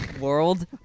world